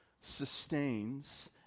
sustains